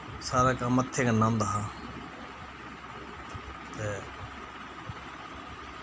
सारा कम्म हत्थे कन्नै होंदा हा ते